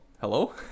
hello